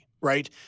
right